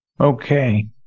Okay